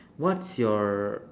what's your